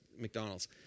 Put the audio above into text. McDonald's